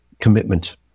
commitment